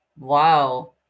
Wow